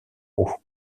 roue